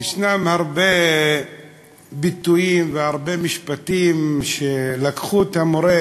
יש הרבה ביטויים והרבה משפטים שלקחו את המורה,